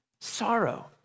sorrow